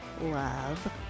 love